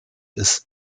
ist